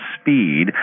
speed